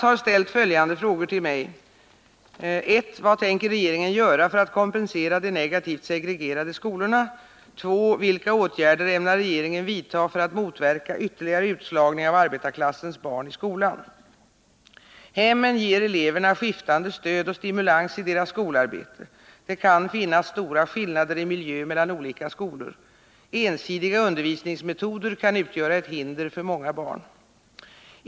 Herr talman! Inga Lantz har ställt följande frågor till mig: Hemmen ger eleverna skiftande stöd och stimulans i deras skolarbete. Det kan finnas stora skillnader i miljö mellan olika skolor. Ensidiga undervisningsmetoder kan utgöra ett hinder för många barn.